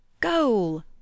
Goal